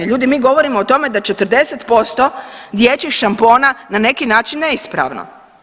Ljudi mi govorimo o tome da 40% dječjih šampona na neki način neispravno.